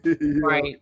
right